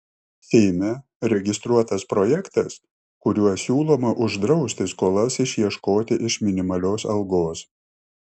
seime registruotas projektas kuriuo siūloma uždrausti skolas išieškoti iš minimalios algos